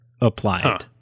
applied